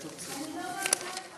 (הישיבה נפסקה בשעה 16:09